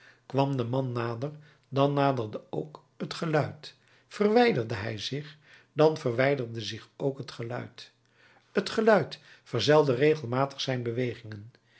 kwam de man nader dan naderde ook het geluid verwijderde hij zich dan verwijderde zich ook t geluid t geluid verzelde regelmatig zijn bewegingen